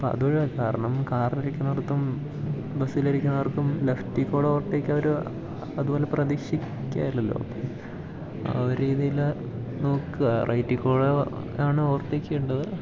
അപ്പം അതൊഴിവാക്കുക കാരണം കാറിലിരിക്കുന്നവർക്കും ബസ്സിലിരിക്കുന്നവർക്കും ലെഫ്റ്റിൽ കൂടി ഓവർ ടേക്ക് അവർ അതു പോലെ പ്രതീക്ഷിക്കുക അല്ലല്ലോ ആ ഒരു രീതിയിൽ നോക്കുക റൈറ്റിൽ കൂടി ആണ് ഓവർ ടേക്ക് ചെയ്യേണ്ടത്